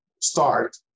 start